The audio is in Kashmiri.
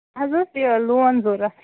اَسہِ اوس یہِ لون ضروٗرت